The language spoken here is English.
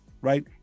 right